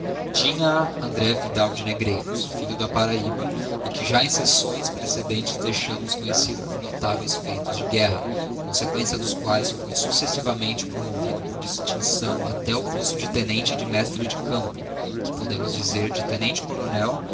tinha-a andré vidal de negreiros filho da parahyba e que já em secções preedente deixámos conhecido por notáveis feitos de guerra em consequência dos quaes foi successivamente promovido por distincção até o posto de tenente de mestre de campo que podemos dizer de